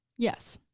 yes.